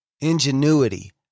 ingenuity